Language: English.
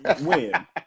win